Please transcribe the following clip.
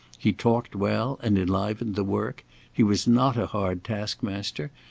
he talked well and enlivened the work he was not a hard taskmaster,